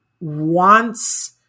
wants